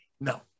No